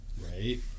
right